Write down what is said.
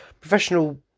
Professional